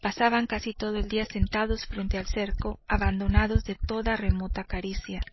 pasaban casi todo el día sentados frente al cerco abandonados de toda remota caricia